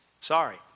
Sorry